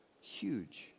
Huge